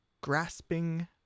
grasping